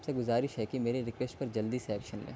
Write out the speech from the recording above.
آپ سے گزارش ہے کہ میری ریکویسٹ پر جلدی سے ایکشن لیں